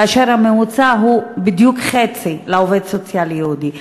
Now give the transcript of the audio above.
כאשר הממוצע הוא בדיוק חצי לעובד סוציאלי יהודי.